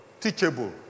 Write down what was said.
teachable